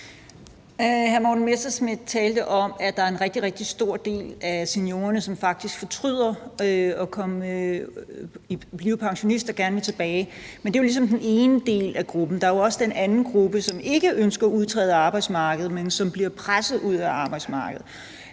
Hr. Morten Messerschmidt talte om, at der er en rigtig, rigtig stor del af seniorerne, som faktisk fortryder, at de er blevet pensionister, og som gerne vil tilbage, men det er jo ligesom den ene del af gruppen. Der er jo også den anden gruppe, som ikke ønsker at udtræde af arbejdsmarkedet, men som bliver presset ud af arbejdsmarkedet,